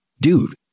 Dude